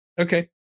okay